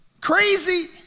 Crazy